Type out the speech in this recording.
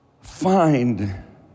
find